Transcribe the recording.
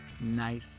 Nice